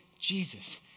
Jesus